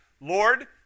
Lord